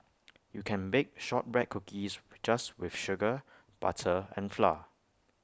you can bake Shortbread Cookies just with sugar butter and flour